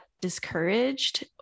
discouraged